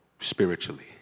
spiritually